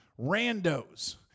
randos